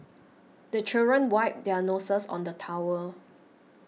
the children wipe their noses on the towel